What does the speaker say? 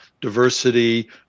diversity